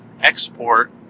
export